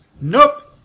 Nope